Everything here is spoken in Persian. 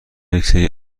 یکسری